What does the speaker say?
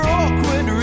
awkward